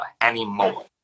anymore